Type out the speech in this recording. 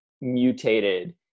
mutated